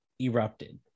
erupted